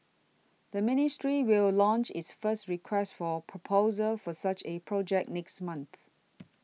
the ministry will launch its first Request for Proposal for such a project next month